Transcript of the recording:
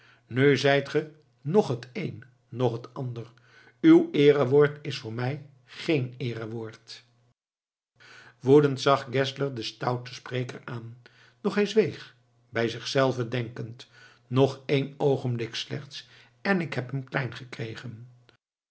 nu zijt ge nch het een nch het ander uw eerewoord is voor mij geen eerewoord woedend zag geszler den stouten spreker aan doch hij zweeg bij zichzelven denkend nog een oogenblik slechts en ik heb hem klein gekregen